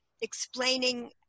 explaining